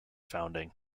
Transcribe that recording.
founding